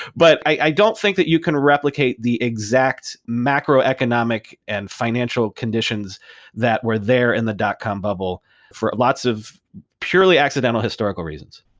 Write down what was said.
but i don't think that you can replicate the exact macroeconomic and financial conditions that were there in the dot-com bubble for lots of purely accidental historical reasons.